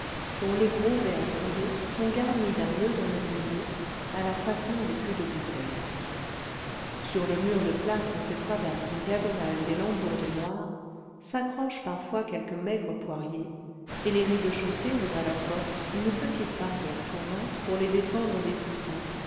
dont les gros verres bombés sont garnis d'un noeud dans le milieu à la façon des culs de bouteilles sur le mur de plâtre que traversent en diagonale des lambourdes noires s'accroche parfois quelque maigre poirier et les rez-de-chaussée ont à leur porte une petite barrière tournante pour les défendre des poussins